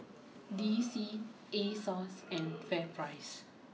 D C Asos and FairPrice